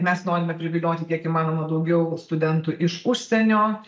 mes norime privilioti kiek įmanoma daugiau studentų iš užsienio